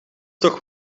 toch